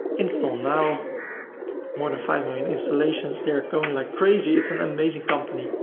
install now more than five million installations they're going like crazy. it's an amazing company.